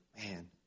man